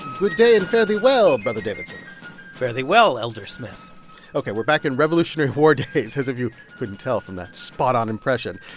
good day and fare-thee-well, brother davidson fare-thee-well, elder smith ok. we're back in revolutionary war days, as if you couldn't tell from that spot-on impression.